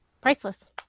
priceless